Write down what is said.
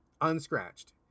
unscratched